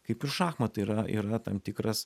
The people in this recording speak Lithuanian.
kaip ir šachmatai yra yra tam tikras